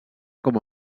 com